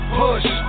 push